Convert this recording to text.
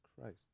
Christ